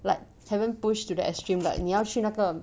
like haven't pushed to the extreme like 你要去那个